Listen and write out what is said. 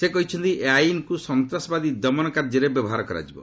ସେ କହିଛନ୍ତି ଏହି ଆଇନ୍କୁ ସନ୍ତାସବାଦୀ ଦମନ କାର୍ଯ୍ୟରେ ବ୍ୟବହାର କରାଯିବ